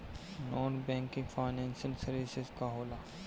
Non banking financial services का होला?